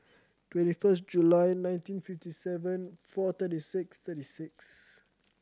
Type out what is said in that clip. twenty first July nineteen fifty seven four thirty six thirty six